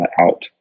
out